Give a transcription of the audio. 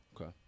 Okay